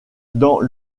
dans